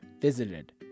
visited